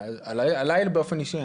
עלי באופן אישי,